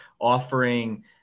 offering